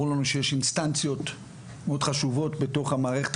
ברור לנו שיש אינסטנסיות מאוד חשובות בתוך המערכת